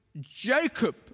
Jacob